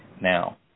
Now